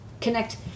connect